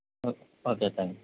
okay okay thanks